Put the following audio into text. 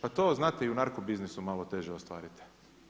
Pa to znate i u narko biznisu malo teže ostvarite.